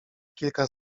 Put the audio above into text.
kilka